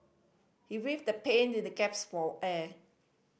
he writhed the pain and gaps for air